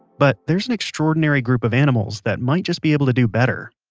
but there's an extraordinary group of animals that might just be able to do better.